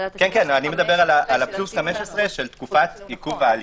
של תקופת עיכוב ההליכים.